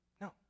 no